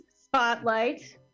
Spotlight